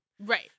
Right